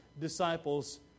disciples